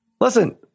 Listen